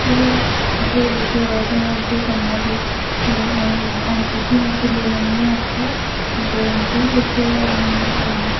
चलो जो किश होआ ते हून केह् करना हा फ्ही ओह् आंटी उस कुड़ी दी मम्मी गी आखेआ ते आंटी तुस